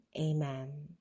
amen